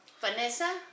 Vanessa